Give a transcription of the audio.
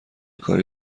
کاری